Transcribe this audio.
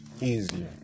easier